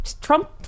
Trump